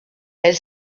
elle